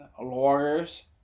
lawyers